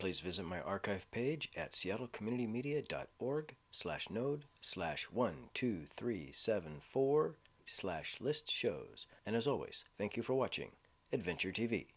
please visit my archive page at seattle community media dot org slash node slash one two three seven four slash list shows and as always thank you for watching adventure t